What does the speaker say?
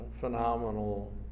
phenomenal